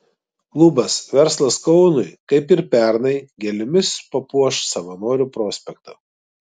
klubas verslas kaunui kaip ir pernai gėlėmis papuoš savanorių prospektą